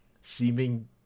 seeming